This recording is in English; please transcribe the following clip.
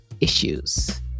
issues